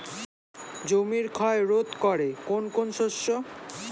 জমির ক্ষয় রোধ করে কোন কোন শস্য?